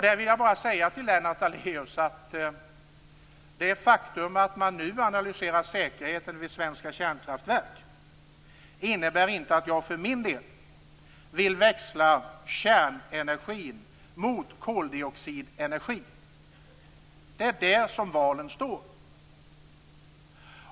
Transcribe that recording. Jag vill bara säga till Lennart Daléus att det faktum att man nu analyserar säkerheten vid svenska kärnkraftverk inte innebär att jag för min del vill växla kärnenergin mot koldioxidenergin. Det är däremellan valen står.